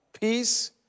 Peace